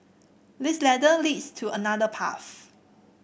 this ladder leads to another path